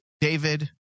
David